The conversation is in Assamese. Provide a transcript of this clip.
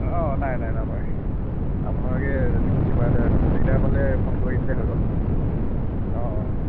অঁ অঁ নাই নাই নাপায় আপোনালোকে কিবা এটা দিগদাৰ পালে ফোন কৰি দিলেই হৈ গ'ল অঁ অঁ অঁ